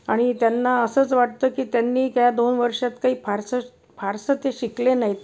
आणि त्यांना असंच वाटतं की त्यांनी त्या दोन वर्षात काही फारसं फारसं ते शिकले नाहीत